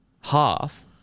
half